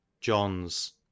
Johns